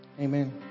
Amen